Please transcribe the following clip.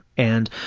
and,